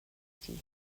cities